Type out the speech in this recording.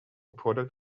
product